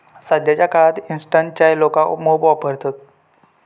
सध्याच्या काळात इंस्टंट चाय लोका मोप वापरतत